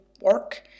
work